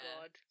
God